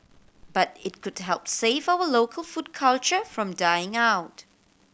but it could help save our local food culture from dying out